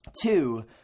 two